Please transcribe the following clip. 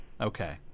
Okay